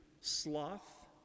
sloth